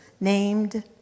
named